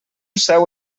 seu